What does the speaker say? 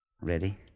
Ready